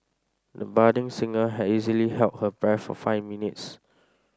the budding singer easily held her breath for five minutes